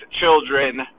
children